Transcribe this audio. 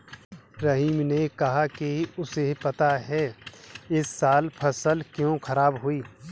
रहीम ने कहा कि उसे पता है इस साल फसल क्यों खराब हुई